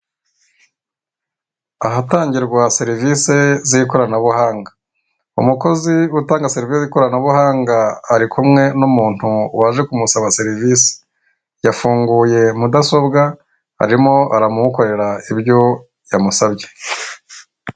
Ahatangirwa serivisi z'ikoranabuhanga, umukozi utanga serivisi'ikoranabuhanga ari kumwe n'umuntu waje kumusaba serivisi yafunguye mudasobwa arimo aramukorera ibyo yamusabye.